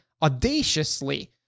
audaciously